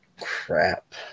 crap